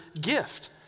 gift